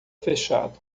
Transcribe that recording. fechado